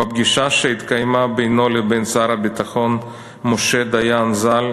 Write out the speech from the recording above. בפגישה שהתקיימה בינו לבין שר הביטחון משה דיין ז"ל,